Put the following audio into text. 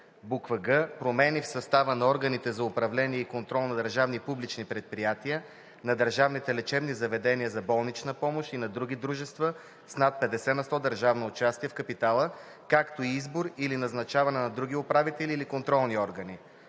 дълг; г) промени в състава на органите за управление и контрол на държавните публични предприятия, на държавните лечебни заведения за болнична помощ и на другите дружества с над 50 на сто държавно участие в капитала, както и избор или назначаване на други управителни или контролни органи;